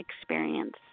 experience